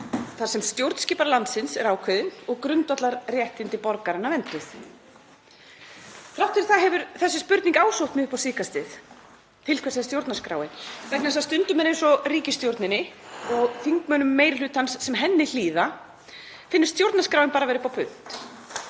þar sem stjórnskipan landsins er ákveðin og grundvallarréttindi borgaranna vernduð. Þrátt fyrir það hefur þessi spurning ásótt mig upp á síðkastið: Til hvers er stjórnarskráin? vegna þess að stundum er eins og ríkisstjórninni og þingmönnum meiri hlutans sem henni hlýða finnist stjórnarskráin bara vera upp á punt.